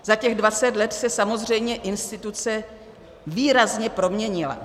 Za těch dvacet let se samozřejmě instituce výrazně proměnila.